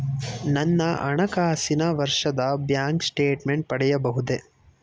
ನನ್ನ ಹಣಕಾಸಿನ ವರ್ಷದ ಬ್ಯಾಂಕ್ ಸ್ಟೇಟ್ಮೆಂಟ್ ಪಡೆಯಬಹುದೇ?